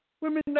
Women